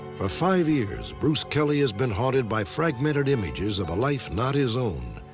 for five years, bruce kelly has been haunted by fragmented images of a life not his own.